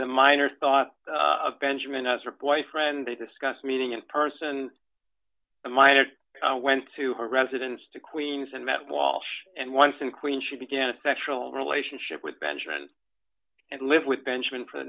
the minor thought of benjamin us her boyfriend they discussed meeting in person and went to her residence to queens and met walsh and once in queen she began a special relationship with benjamin and live with benjamin for the